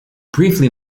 briefly